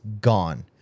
gone